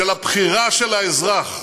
של הבחירה של האזרח,